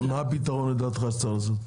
מה לדעתך הפתרון?